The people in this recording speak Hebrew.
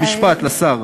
במשפט לשר.